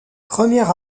premier